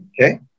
Okay